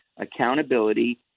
accountability